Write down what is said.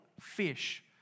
fish